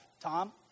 Tom